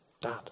Dad